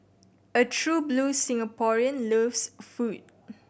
a true blue Singaporean loves food